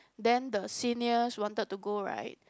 then the seniors wanted to go right